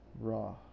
raw